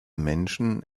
menschen